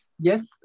yes